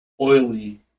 oily